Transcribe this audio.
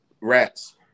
rats